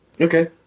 Okay